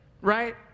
right